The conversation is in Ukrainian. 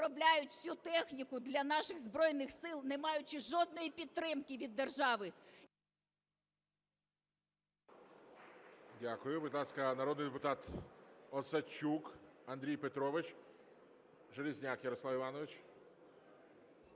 виробляють всю техніку для наших Збройних Сил, не маючи жодної підтримки від держави…